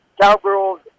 cowgirls